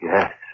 Yes